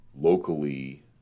locally